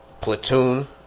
Platoon